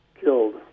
killed